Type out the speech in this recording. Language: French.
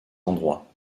endroits